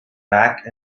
back